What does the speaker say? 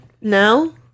no